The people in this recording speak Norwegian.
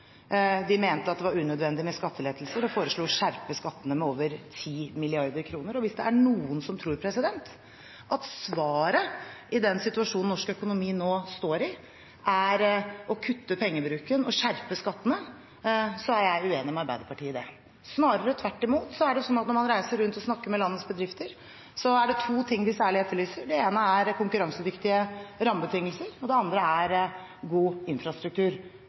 De mente det var unødvendig med skattelettelser og foreslo å skjerpe skattene med over 10 mrd. kr. Og hvis det er noen som tror at svaret i den situasjonen norsk økonomi nå står i, er å kutte pengebruken og skjerpe skattene, er jeg uenig med dem og Arbeiderpartiet i det. Snarere tvert imot. Når man reiser rundt og snakker med landets bedrifter, er det to ting de særlig etterlyser. Det ene er konkurransedyktige rammebetingelser, og det andre er god infrastruktur.